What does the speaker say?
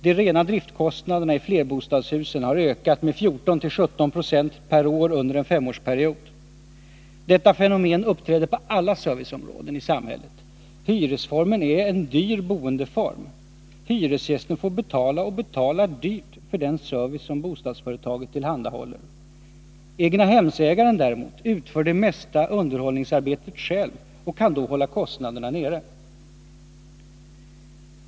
De rena driftkostnaderna i flerbostadshusen har ökat med 14-17 96 per år under en femårsperiod. Detta fenomen uppträder på alla serviceområden i samhället. Hyresformen är en dyr boendeform. Hyresgästen får betala — och betala dyrt —- för den service som bostadsföretaget tillhandahåller. Egnahemsägarna däremot utför det mesta underhållsarbetet själva och kan då hålla kostnaderna nere.